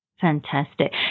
Fantastic